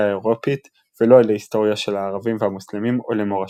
האירופית ולא להיסטוריה של הערבים והמוסלמים או למורשתם".